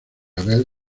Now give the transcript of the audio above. abel